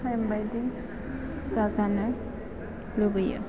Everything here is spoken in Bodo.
टाइम बायदि जाजानो लुबैयो